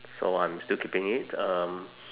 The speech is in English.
so I'm still keeping it um